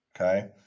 Okay